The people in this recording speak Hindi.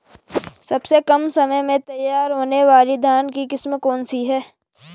सबसे कम समय में तैयार होने वाली धान की किस्म कौन सी है?